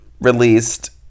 released